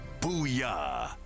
Booyah